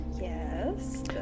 Yes